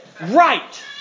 Right